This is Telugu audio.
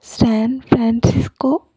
San Francisco